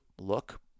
look